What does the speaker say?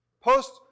Post